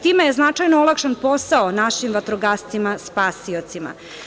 Time je značajno olakšan posao našim vatrogascima spasiocima.